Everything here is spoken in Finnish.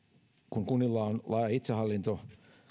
kun kunnilla on laaja itsehallinto